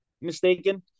mistaken